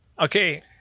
okay